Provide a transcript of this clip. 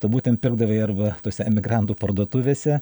tu būtent pirkdavai arba tose emigrantų parduotuvėse